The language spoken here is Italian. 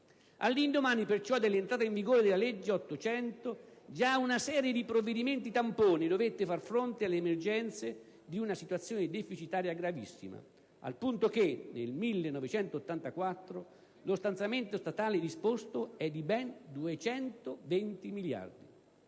All'indomani, perciò, dell'entrata in vigore della legge n. 800, già una serie di provvedimenti tampone dovette far fronte alle emergenze di una situazione deficitaria gravissima, al punto che, nel 1984, lo stanziamento statale disposto è di ben 220 miliardi.